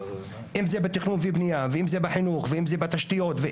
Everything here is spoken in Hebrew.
אם זה בתכנון ובנייה ואם זה בחינוך ואם זה בתשתיות.